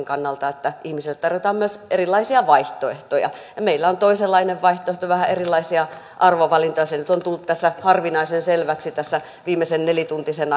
kannalta että ihmisille tarjotaan myös erilaisia vaihtoehtoja ja meillä on toisenlainen vaihtoehto vähän erilaisia arvovalintoja se nyt on tullut harvinaisen selväksi tässä viimeisen nelituntisen